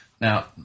Now